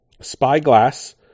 Spyglass